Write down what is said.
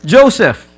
Joseph